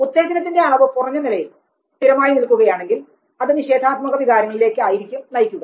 ഉത്തേജനത്തിന്റെ അളവ് കുറഞ്ഞ നിലയിൽ സ്ഥിരമായി നിലനിൽക്കുകയാണെങ്കിൽ അത് നിഷേധാത്മക വികാരങ്ങളിലേക്ക് ആയിരിക്കും നയിക്കുക